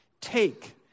take